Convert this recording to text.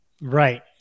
Right